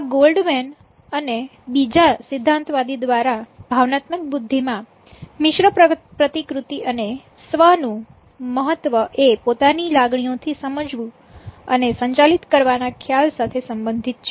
આ ગોલ્ડમેન અને બીજા સિદ્ધાંતવાદી દ્વારા ભાવનાત્મક બુદ્ધિ માં મિશ્ર પ્રતિકૃતિ અને સ્વ નું મહત્ત્વ એ પોતાની લાગણીઓ થી સમજવુ અને સંચાલિત કરવાના ખ્યાલ સાથે સંબંધિત છે